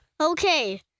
Okay